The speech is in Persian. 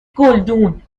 گلدون